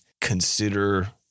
consider